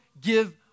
give